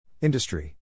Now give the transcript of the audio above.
Industry